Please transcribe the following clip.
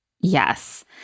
Yes